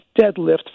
deadlift